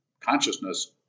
consciousness